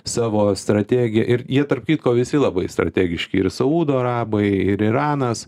savo strategiją ir jie tarp kitko visi labai strategiški ir saudo arabai ir iranas